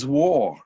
war